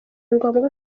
ngombwa